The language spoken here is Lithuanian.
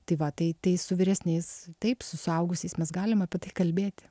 tai va tai tai su vyresniais taip su suaugusiais mes galim apie tai kalbėti